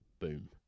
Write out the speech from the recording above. Boom